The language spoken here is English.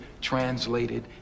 translated